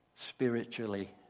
Spiritually